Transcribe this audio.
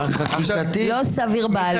לא סביר בעליל.